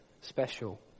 special